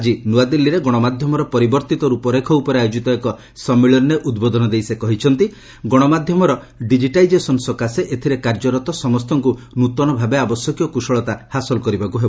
ଆଜି ନୂଆଦିଲ୍ଲୀରେ ଗଣମାଧ୍ୟମର ପରିବର୍ତ୍ତ ରୂପରେଖ ଉପରେ ଆୟୋଜିତ ଏକ ସମ୍ମିଳନୀରେ ଉଦ୍ବୋଧନ ଦେଇ ସେ କହିଛନ୍ତି ଯେ ଗଣମାଧ୍ୟମର ଡିଜିଟାଲାଇଜେସନ୍ ସକାଶେ ଏଥିରେ କାର୍ଯ୍ୟରତ ସମସ୍ତଙ୍କୁ ନୂତନ ଭାବେ ଆବଶ୍ୟକୀୟ କୁଶଳତା ହାସଲ କରିବାକୁ ହେବ